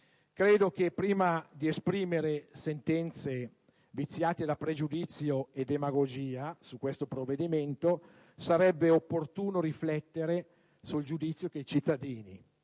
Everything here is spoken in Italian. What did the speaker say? credo che prima di esprimere sentenze viziate da pregiudizio e demagogia su questo provvedimento sarebbe opportuno riflettere sul giudizio che i cittadini,